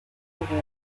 worker